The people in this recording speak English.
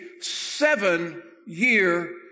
seven-year